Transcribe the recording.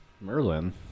Merlin